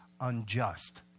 unjust